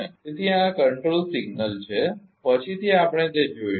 તેથી આ નિયંત્રણ સિગ્નલ છે પછીથી આપણે તે જોઇશું